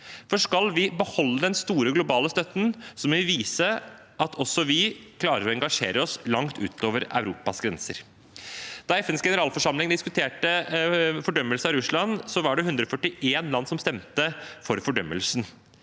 for skal vi beholde den store globale støtten, må vi vise at også vi klarer å engasjere oss langt ut over Europas grenser. Da FNs generalforsamling diskuterte fordømmelse av Russland, var det 141 land som stemte for fordømmelsen,